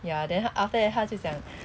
ya then after that 他就讲